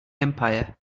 empire